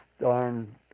darn